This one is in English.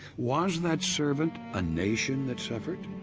was that servant a nation that suffered?